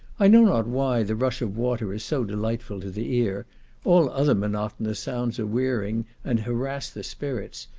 i know not why the rush of waters is so delightful to the ear all other monotonous sounds are wearying, and harass the spirits,